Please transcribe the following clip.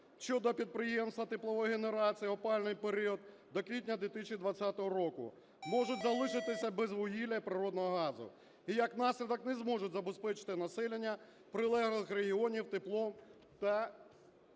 щодо підприємств теплової генерації в опалювальний період до квітня 2020 року, можуть залишитися без вугілля і природного газу. І як наслідок, не зможуть забезпечувати населення прилеглих регіонів теплом та